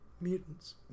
mutants